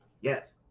Yes